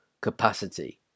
capacity